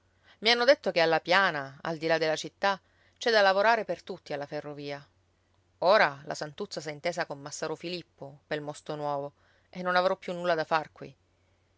i hanno detto che alla piana al di là della città c'è da lavorare per tutti alla ferrovia ora la santuzza s'è intesa con massaro filippo pel mosto nuovo e non avrò più nulla da far qui